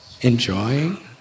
Enjoying